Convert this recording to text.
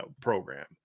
program